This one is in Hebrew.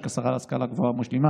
כן, משולב.